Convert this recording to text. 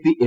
P M